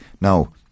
Now